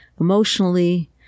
emotionally